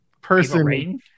person –